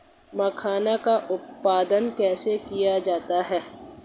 मखाना का उत्पादन कैसे किया जाता है?